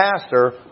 pastor